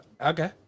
Okay